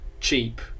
cheap